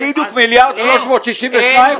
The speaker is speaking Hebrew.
אז מצאו בדיוק 1.362 מיליארד,